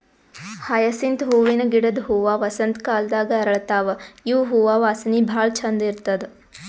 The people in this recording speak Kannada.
ಹಯಸಿಂತ್ ಹೂವಿನ ಗಿಡದ್ ಹೂವಾ ವಸಂತ್ ಕಾಲದಾಗ್ ಅರಳತಾವ್ ಇವ್ ಹೂವಾ ವಾಸನಿ ಭಾಳ್ ಛಂದ್ ಇರ್ತದ್